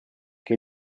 che